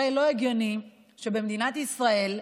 הרי לא הגיוני שבמדינת ישראל,